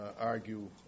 argue